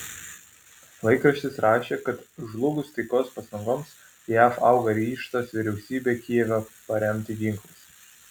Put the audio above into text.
laikraštis rašė kad žlugus taikos pastangoms jav auga ryžtas vyriausybę kijeve paremti ginklais